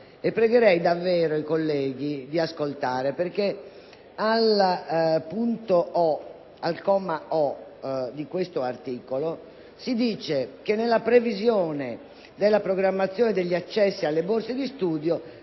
pregherei davvero i colleghi di ascoltare. Alla lettera o) del comma 3 di questo articolo 4, si dice che, nell’ambito della programmazione degli accessi alle borse di studio,